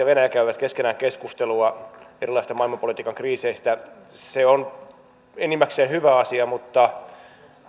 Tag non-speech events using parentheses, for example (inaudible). (unintelligible) venäjä käyvät keskenään keskustelua erilaisista maailmanpolitiikan kriiseistä se on enimmäkseen hyvä asia mutta